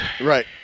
Right